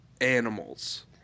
animals